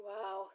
Wow